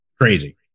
crazy